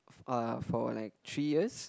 uh for like three years